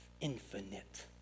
infinite